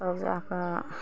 तब जाके